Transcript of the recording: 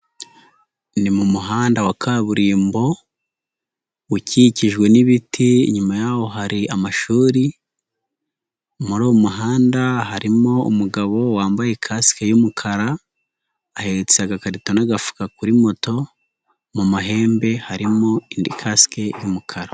Ni mu muhanda wa kaburimbo ukikijwe n'ibiti inyuma yawo hari amashuri, uwo muri muhanda harimo umugabo wambaye kasike y'umukara, ahetse agakarito n'agafuka kuri moto mu mahembe harimo indi kasike y'umukara.